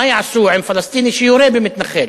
מה יעשו עם פלסטיני שיורה במתנחל?